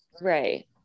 Right